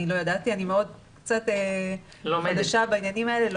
אני עוד חדשה בעניינים האלה,